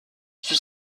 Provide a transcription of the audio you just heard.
sous